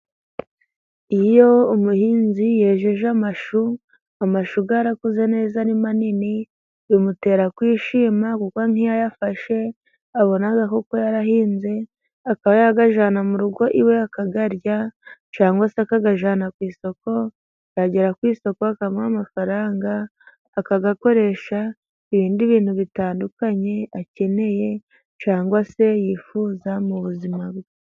Iyo umuhinzi yejeje amashu, amashu yarakuze neza ari manini bimutera kwishima, kuko nk'iyo ayafashe abona koko yarahinze, akaba yayajyana mu rugo iwe akayarya, cyangwa se akayajyana ku isoko, yagera ku isoko bakamuha amafaranga, akayakoresha ibindi bintu bitandukanye akeneye cyangwa se yifuza mu buzima bwe.